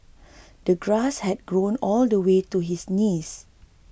the grass had grown all the way to his knees